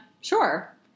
Sure